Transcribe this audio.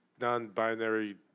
non-binary